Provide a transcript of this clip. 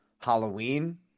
Halloween